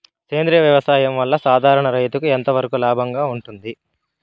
సేంద్రియ వ్యవసాయం వల్ల, సాధారణ రైతుకు ఎంతవరకు లాభంగా ఉంటుంది?